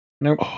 Nope